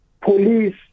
Police